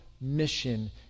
mission